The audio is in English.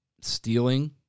stealing